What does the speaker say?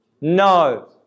No